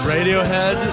Radiohead